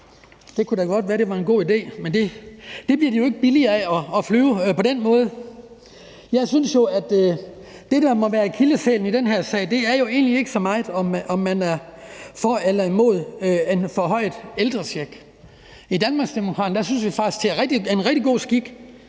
det kunne da godt være, det var en god idé. Men det bliver jo ikke på den måde billigere at flyve. Jeg synes jo, at det, der må være akilleshælen i den her sag, egentlig ikke så meget er, om man er for eller imod en forhøjet ældrecheck. I Danmarksdemokraterne synes vi faktisk, det er en rigtig god skik,